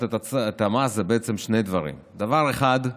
את המס זה בעצם שני דברים: דבר אחד,